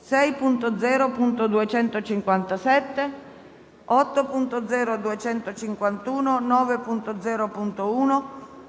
6.0.257, 8.0.251, 9.0.1,